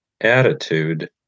attitude